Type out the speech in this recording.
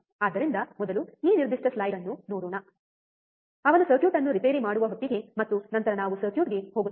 ಆದ್ದರಿಂದ ಮೊದಲು ಈ ನಿರ್ದಿಷ್ಟ ಸ್ಲೈಡ್ ಅನ್ನು ನೋಡೋಣ ಅವನು ಸರ್ಕ್ಯೂಟ್ ಅನ್ನು ರಿಪೇರಿ ಮಾಡುವ ಹೊತ್ತಿಗೆ ಮತ್ತು ನಂತರ ನಾವು ಸರ್ಕ್ಯೂಟ್ಗೆ ಹೋಗುತ್ತೇವೆ